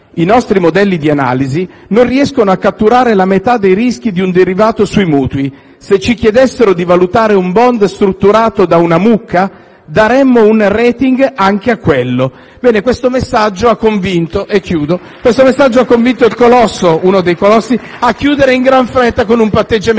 "I nostri modelli di analisi non riescono a catturare la metà dei rischi di un derivato sui mutui: se ci chiedessero di valutare un *bond* strutturato da una mucca, daremmo un *rating* anche a quello"». Bene, questo messaggio ha convinto uno dei colossi a chiudere in gran fretta con un patteggiamento.